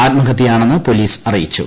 ആത്മഹത്യയാണെന്ന് police അറിയിച്ചു